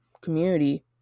community